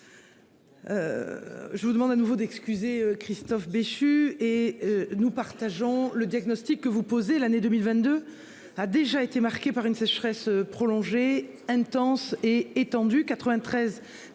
Je vous demande à nouveau d'excuser Christophe Béchu et nous partageons le diagnostic que vous posez. L'année 2022 a déjà été marquée par une sécheresse prolongée intenses et étendues,